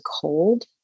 cold